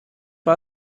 war